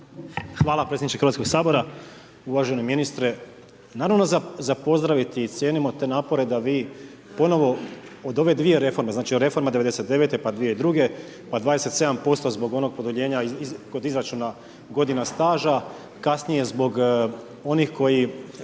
Hvala predsjedniče Hrvatskoga sabora. Uvaženi ministre, naravno za pozdraviti i cijenimo te napore da vi ponovo od ove dvije reforme, znači od reforme '99. pa 2002., pa 27% zbog onog produljenja kod izračuna godina staža, kasnije zbog onih koji